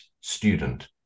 student